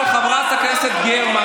אם זה השיח וכל אחד יצטרך להציג את מרכולתו